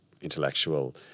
intellectual